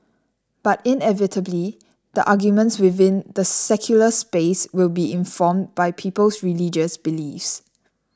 but inevitably the arguments within the secular space will be informed by people's religious beliefs